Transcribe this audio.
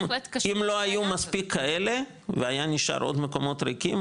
אם לא היו מספיק כאלה והיה נשאר עוד מקומות ריקים,